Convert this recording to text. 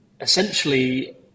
essentially